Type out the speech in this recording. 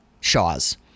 Shaw's